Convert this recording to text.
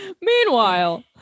Meanwhile